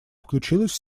включилась